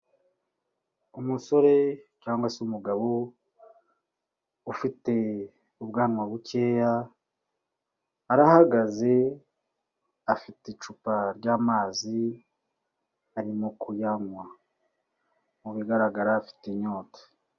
Umusore cyangwa se umugabo ufite ubwanwa bukeya arahagaze, afite icupa ry'amazi arimo kuyanywa, mu bigaragara afite inyota.